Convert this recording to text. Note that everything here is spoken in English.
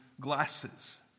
glasses